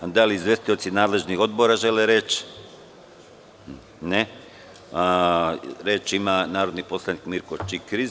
Da li izvestioci nadležnih odbora žele reč? (Ne.) Reč ima narodni poslanik Mirko Čikiriz.